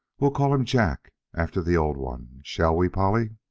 we'll call him jack, after the old one shall we, polly?